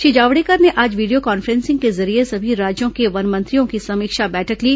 श्री जावड़ेकर ने आज video conferencing के जरिये सभी राज्यों के वन मंत्रियों की समीक्षा बैठक ली